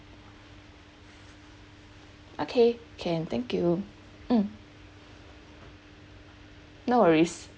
okay can thank you mm no worries